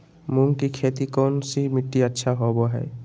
मूंग की खेती कौन सी मिट्टी अच्छा होबो हाय?